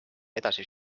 edasi